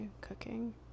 cooking